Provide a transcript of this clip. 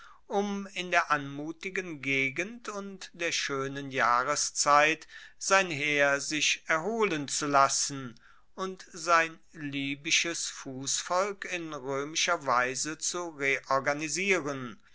um in der anmutigen gegend und der schoenen jahreszeit sein heer sich erholen zu lassen und sein libysches fussvolk in roemischer weise zu reorganisieren